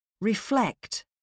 Reflect